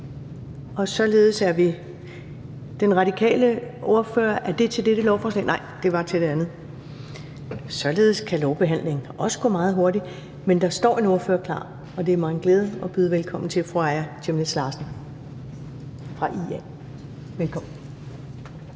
og ser, hvad Liberal Alliance siger, og det bliver formentlig under udvalgsbehandlingen. Således kan lovbehandling også gå meget hurtigt, men der står en ordfører klar, og det er mig en glæde at byde velkommen til fru Aaja Chemnitz Larsen fra IA. Velkommen.